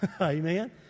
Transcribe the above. Amen